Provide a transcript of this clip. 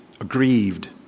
aggrieved